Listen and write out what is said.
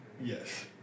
yes